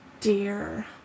dear